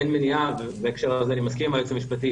אין מניעה - בהקשר הזה אני מסכים עם היועץ המשפטי